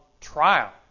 trial